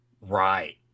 Right